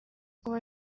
kuba